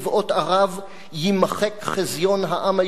יימחק חזיון העם היהודי מההיסטוריה".